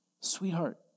Sweetheart